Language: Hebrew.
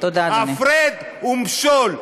הפרד ומשול,